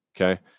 Okay